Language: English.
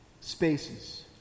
spaces